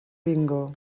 bingo